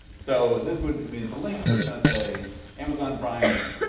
so this would. i mean it's a link. so it's gonna say amazon prime link.